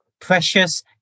Precious